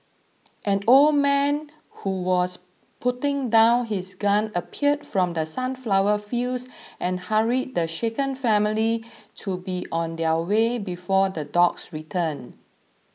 an old man who was putting down his gun appeared from the sunflower fields and hurried the shaken family to be on their way before the dogs return